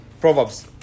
Proverbs